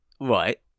right